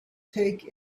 take